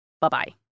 Bye-bye